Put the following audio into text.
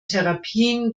therapien